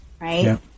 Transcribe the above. Right